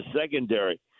secondary